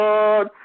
Lord